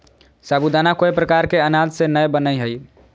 साबूदाना कोय प्रकार के अनाज से नय बनय हइ